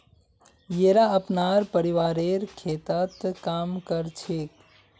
येरा अपनार परिवारेर खेततत् काम कर छेक